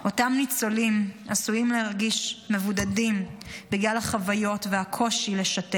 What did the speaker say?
אותם ניצולים עשויים להרגיש מבודדים בגלל החוויות והקושי לשתף